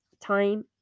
time